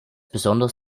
besonders